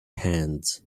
hands